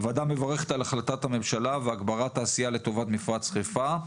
הוועדה מברכת על החלטת הממשלה והגברת העשייה לטובת מפרץ חיפה,